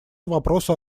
вопросу